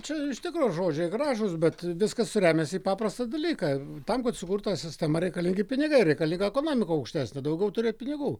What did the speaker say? čia iš tikro žodžiai gražūs bet viskas remiasi į paprastą dalyką tam kad sukurt tą sistemą reikalingi pinigai reikalinga ekonomika aukštesnė daugiau turėt pinigų